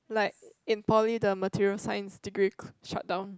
like in poly the material science degree shut down